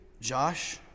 Josh